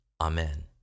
Amen